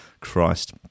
Christ